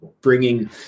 bringing